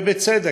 ובצדק,